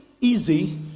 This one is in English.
easy